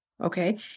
okay